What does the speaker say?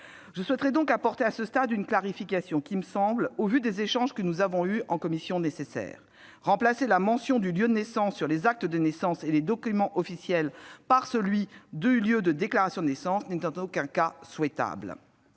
Je souhaiterais donc apporter, à ce stade, une clarification qui me semble nécessaire au vu des échanges que nous avons eus en commission. De fait, remplacer la mention du lieu de naissance, sur les actes de naissance et les documents officiels, par celle du lieu de déclaration de naissance n'est en aucun cas souhaitable.